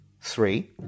Three